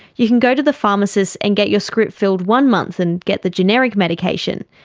you can go to the pharmacist and get your script filled one month and get the generic medication,